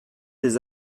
des